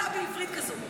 אין מילה כזאת בעברית.